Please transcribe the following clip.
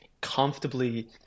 comfortably